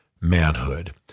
manhood